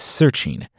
searching